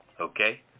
okay